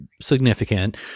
significant